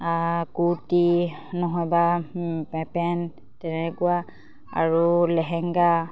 কুৰ্তি নহয় বা পেণ্ট তেনেকুৱা আৰু লেহেংগা